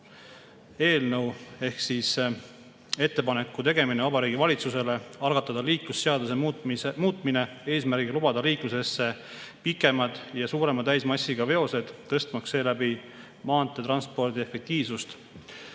otsuse "Ettepaneku tegemine Vabariigi Valitsusele algatada Liiklusseaduse muutmine eesmärgiga lubada liiklusesse pikemad ja suurema täismassiga veosed, tõstmaks seeläbi maanteetranspordi efektiivsust"